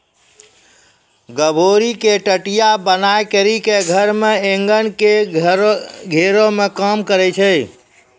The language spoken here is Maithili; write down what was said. गभोरी के टटया बनाय करी के धर एगन के घेरै मे काम करै छै